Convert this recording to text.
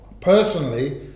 personally